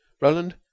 Roland